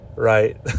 right